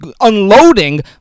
unloading